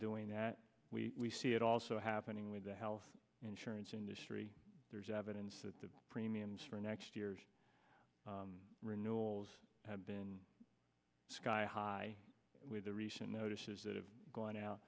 doing that we see it also happening with the health insurance industry there's evidence that the premiums for next year's renewals have been sky high with the recent notices that have gone out